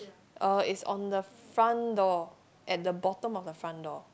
uh it's on the front door at the bottom of the front door